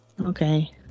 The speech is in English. Okay